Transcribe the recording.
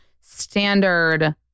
standard